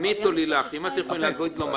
עמית או לילך, אם אתן יכולות לענות לו.